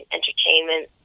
Entertainment